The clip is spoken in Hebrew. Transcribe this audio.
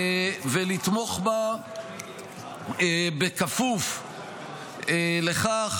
ולתמוך בה בכפוף לכך